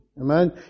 Amen